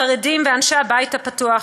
חרדים ואנשי "הבית הפתוח",